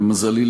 למזלי,